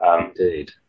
Indeed